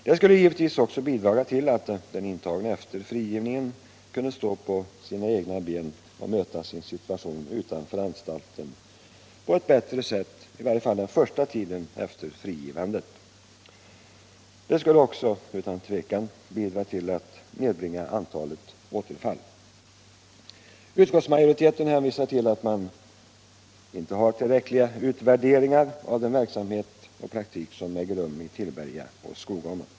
Det skulle också säkert bidra till att nedbringa antalet återfall. Majoriteten hänvisar till att man inte har tillräcklig utvärdering av den verksamhet och praktik som äger rum i Tillberga och Skogome.